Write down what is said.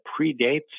predates